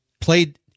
played